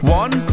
one